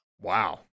Wow